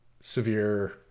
severe